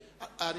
כן, 2009 אושר.